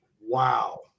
Wow